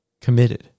committed